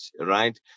right